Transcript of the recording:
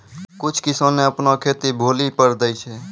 कुछ किसाने अपनो खेतो भौली पर दै छै